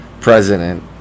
president